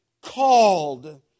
Called